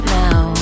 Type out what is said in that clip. now